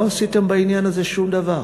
לא עשיתם בעניין הזה שום דבר.